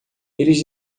eles